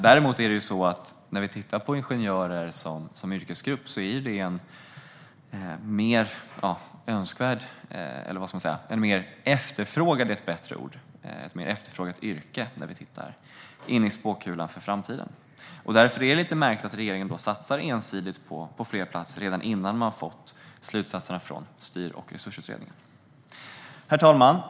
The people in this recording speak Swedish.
Om vi tittar på ingenjörer som yrkesgrupp kan vi dock se att det är ett mer efterfrågat yrke. Detta ser vi i spåkulan för framtiden. Därför är det lite märkligt att regeringen satsar ensidigt på fler platser redan innan man fått slutsatserna från Styr och resursutredningen. Herr talman!